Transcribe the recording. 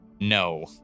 No